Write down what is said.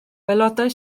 aelodau